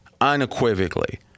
unequivocally